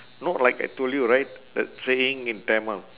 no like I told you right that saying in tamil